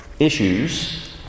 issues